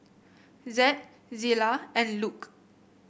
Zed Zillah and Luke